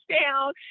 down